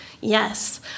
yes